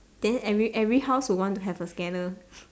then every every house would want to have a scanner